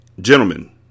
Gentlemen